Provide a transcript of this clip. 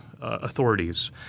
authorities